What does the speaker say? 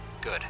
good